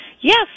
Yes